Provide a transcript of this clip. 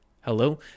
hello